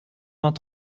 vingt